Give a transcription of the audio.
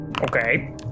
Okay